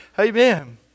Amen